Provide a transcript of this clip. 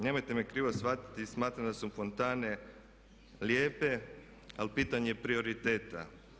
Nemojte me krivo shvatiti, smatram da su fontane lijepe, ali pitanje je prioriteta.